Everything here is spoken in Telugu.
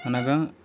అనగా